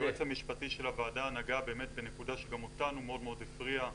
היועץ המשפטי של הוועדה נגע בנקודה שגם לנו מאוד מאוד הפריעה,